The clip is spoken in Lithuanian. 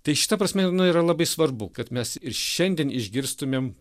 tai šita prasme nu yra labai svarbu kad mes ir šiandien išgirstumėm